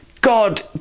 God